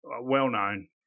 well-known